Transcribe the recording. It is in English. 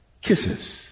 kisses